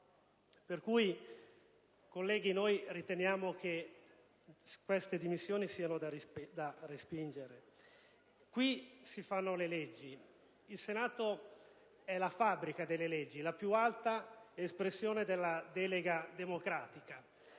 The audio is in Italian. Pertanto, riteniamo che le sue dimissioni siano da respingere. Qui si fanno le leggi. Il Senato è la fabbrica delle leggi, la più alta espressione della delega democratica,